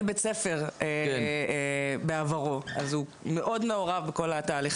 בית ספר והוא מאוד מעורב בכל התהליכים.